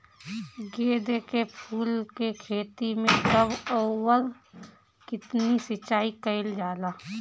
गेदे के फूल के खेती मे कब अउर कितनी सिचाई कइल जाला?